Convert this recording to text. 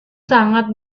sangat